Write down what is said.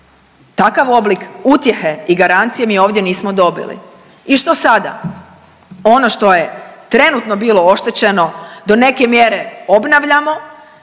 takav oblik utjehe i garancije mi ovdje nismo dobili. I što sada? Ono što je trenutno bilo oštećeno do neke mjere obnavljamo,